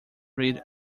read